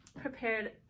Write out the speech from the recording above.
prepared